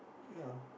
okay ah